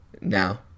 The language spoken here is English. now